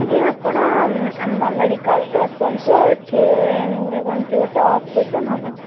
ଆଜ୍ଞା ଆପଣ ଆମ ମେଡ଼ିକାଲକୁ ଆସନ୍ତୁ ଏଇଠି ଯେଉଁ କଣତି ଗୋଟେ ଅପରେସନ୍ ହବ